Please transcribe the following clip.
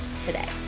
today